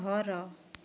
ଘର